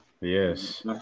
Yes